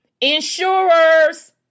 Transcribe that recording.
insurers